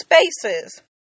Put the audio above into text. spaces